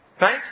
Right